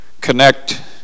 connect